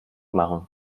machen